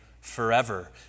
forever